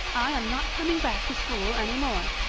i am not coming back to school any more,